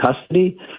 custody